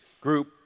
group